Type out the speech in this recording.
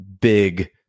big